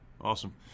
awesome